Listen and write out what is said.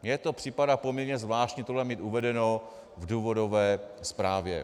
Mně připadá poměrně zvláštní tohle mít uvedeno v důvodové zprávě.